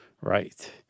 Right